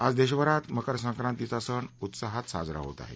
आज देशभरात मकर संक्रांतीचा सण उत्साहात साजरा होत आहे